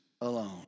alone